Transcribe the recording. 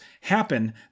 happen